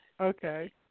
Okay